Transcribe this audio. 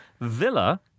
Villa